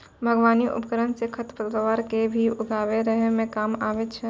बागबानी उपकरन सँ खरपतवार क भी उखारै म काम आबै छै